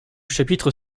chapitre